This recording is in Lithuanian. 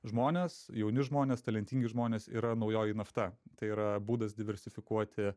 žmonės jauni žmonės talentingi žmonės yra naujoji nafta tai yra būdas diversifikuoti